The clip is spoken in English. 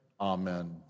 amen